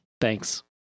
thanks